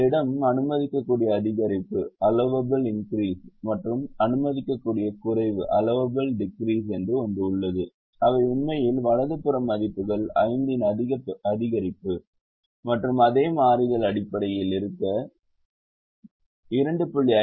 உங்களிடம் அனுமதிக்கக்கூடிய அதிகரிப்பு மற்றும் அனுமதிக்கக்கூடிய குறைவு என்று ஒன்று உள்ளது அவை உண்மையில் வலது புற மதிப்புகள் 5 இன் அதிகரிப்பு மற்றும் அதே மாறிகள் அடிப்படையில் இருக்க 2